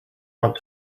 want